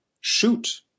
shoot